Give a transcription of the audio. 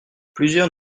plusieurs